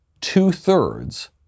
two-thirds